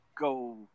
go